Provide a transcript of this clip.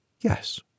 Yes